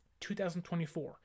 2024